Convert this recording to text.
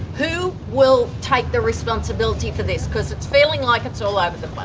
who will take the responsibility for this because it's feeling like and so like